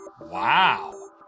Wow